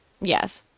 yes